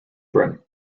brim